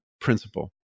principle